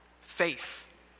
Faith